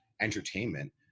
entertainment